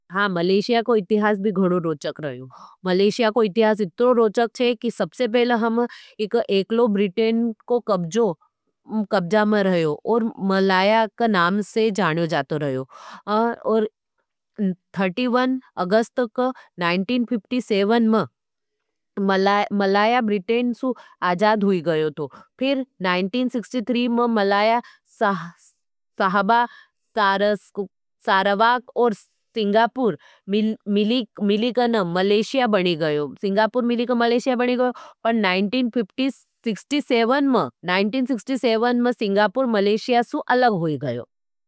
हाँ, मलेशिया को इतिहास भी गणो रोचक छे। मलेशिया को इतिहास इत्तो रोचक है कि सबसे पहले हम एकलो ब्रिटेन को कब्जा में रहो और मलाया का नाम से जान्यो जातो रहो। थर्टी वन अगस्त नाइन्टीन फिफ्टी सेवन में, मलाया ब्रिटेन सु आजाद हुई गयो थो। फिर नाइन्टीन सिक्स्टी थ्री में, मलाया सहबा चारवाग और सिंगापूर मिलीकन मलेशिया बनी गयो। सिंगापूर मिलीकन मलेशिया बनी गयो, पर नाइन्टीन सिक्स्टी सेवन में, सिंगापूर मलेशिया सु अलग हुई गयो।